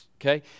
okay